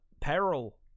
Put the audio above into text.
peril